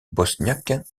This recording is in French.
bosniaque